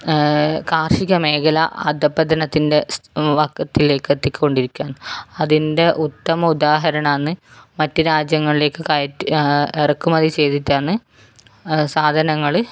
കാർഷിക മേഖല അധപതനത്തിൻ്റെ വക്കത്തിലേക്ക് എത്തിക്കൊണ്ടിരിക്കുകയാണ് അതിൻ്റെ ഉത്തമ ഉദാഹരണമാണ് മറ്റു രാജ്യങ്ങളിലേക്ക് കയറ്റു ഇറക്കുമതി ചെയ്തിട്ടാണ് സാധനങ്ങള്